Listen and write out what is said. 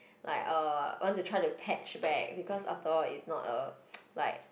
like uh want to try to patch back because after all it's not a like